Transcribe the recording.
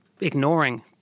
ignoring